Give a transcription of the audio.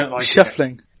shuffling